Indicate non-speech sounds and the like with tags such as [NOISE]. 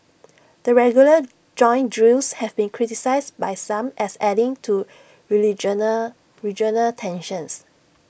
the regular joint drills have been criticised by some as adding to [UNINTELLIGIBLE] regional tensions